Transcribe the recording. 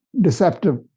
deceptive